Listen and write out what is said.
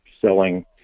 selling